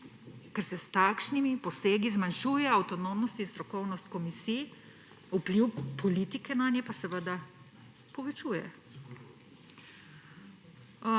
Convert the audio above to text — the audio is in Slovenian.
ker se s takšnimi posegi zmanjšuje avtonomnost in strokovnost komisij, vpliv politike nanje pa se seveda povečuje.